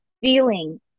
feeling